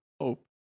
hope